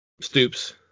Stoops